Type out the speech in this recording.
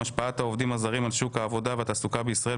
השפעת העובדים הזרים על שוק העבודה והתעסוקה בישראל,